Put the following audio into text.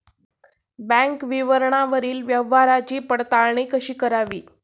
Bank विवरणावरील व्यवहाराची पडताळणी कशी करावी?